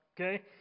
okay